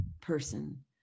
person